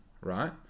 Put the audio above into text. right